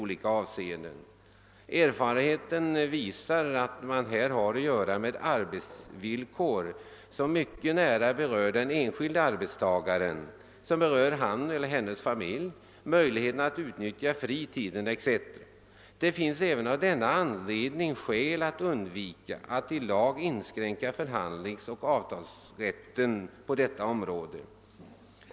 Erfarenheten visar att man här har att göra med arbetsvillkor som mycket nära berör den enskilde arbetstagaren, hans eller hennes familj, möjligheterna att utnyttja fritiden o.s.v. Det finns även av denna anledning skäl att undvika att i lag inskränka förhandlingsoch avtalsrätten på detta område.